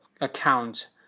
account